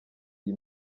iyi